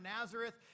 Nazareth